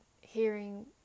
hearing